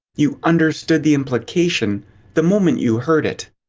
you understood the implication the moment you heard it.